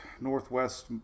northwest